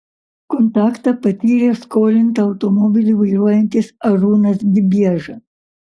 kontaktą patyrė skolinta automobilį vairuojantis arūnas gibieža